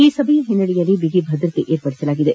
ಈ ಸಭೆಯ ಹಿನ್ನೆಲೆಯಲ್ಲಿ ಬಿಗಿ ಭದ್ರತೆ ಏರ್ಪಡಿಸಲಾಗಿದೆ